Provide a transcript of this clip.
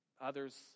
others